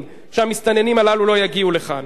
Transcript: שהמסתננים הללו לא יגיעו לכאן.